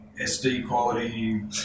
SD-quality